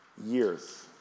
years